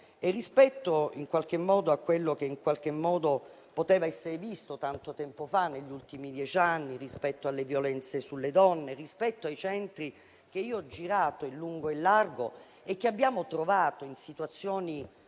marginalità e a ciò che poteva essere visto tanto tempo fa e negli ultimi dieci anni, rispetto alle violenze sulle donne, rispetto ai centri che ho girato in lungo e in largo e che abbiamo trovato in situazioni